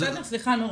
סליחה מראש.